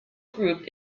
group